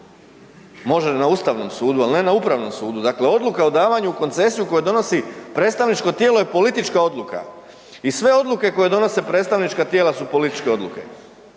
može na ustavnom sudu, al ne na upravnom sudu. Dakle, odluka o davanju u koncesiju koje donosi predstavničko tijelo je politička odluka i sve odluke koje donose predstavnička tijela su političke odluke.